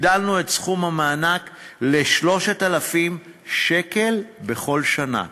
הגדלנו את סכום המענק ל-3,000 שקל בכל שנה.